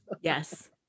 Yes